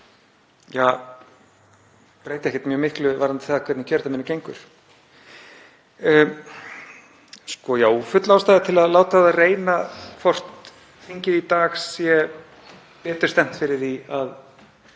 breyta ekkert mjög miklu varðandi það hvernig kjördæminu gengur. Full ástæða til að láta á það reyna hvort þingið í dag sé betur stemmt fyrir því að